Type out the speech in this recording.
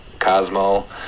Cosmo